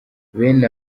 bene